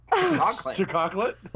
Chocolate